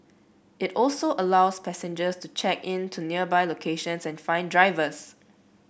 it also allows passengers to check in to nearby locations and find drivers